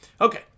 okay